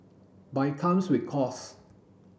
but it comes with costs